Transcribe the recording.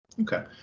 Okay